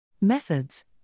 Methods